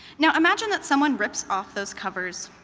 now imagine that someone rips off those covers.